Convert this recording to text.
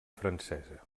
francesa